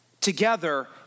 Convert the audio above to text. together